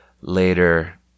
later